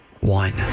one